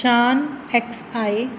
Shan X I